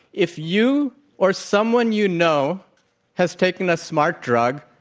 if you or someone you know has taken a smart drug,